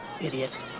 Idiot